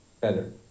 better